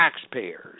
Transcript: taxpayers